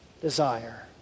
desire